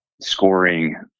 scoring